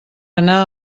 anar